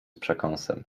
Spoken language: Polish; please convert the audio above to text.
przekąsem